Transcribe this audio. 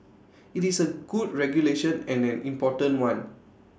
IT is A good regulation and an important one